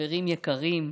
חברים יקרים,